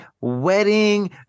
wedding